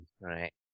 Right